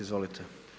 Izvolite.